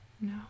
No